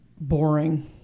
boring